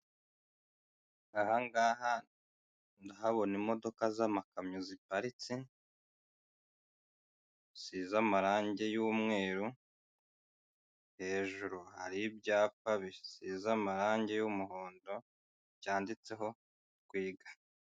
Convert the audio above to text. Aha ngaha ndahabona imodoka z'amakamyo ziparitse, zisize amarange y'umweru, hejuru hari ibyapa bisize amarange y'umuhondo byanditseho twiga.